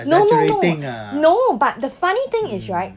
no no no no but the funny thing is right